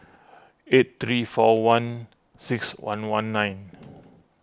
eight three four one six one one nine